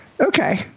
Okay